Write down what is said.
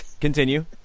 Continue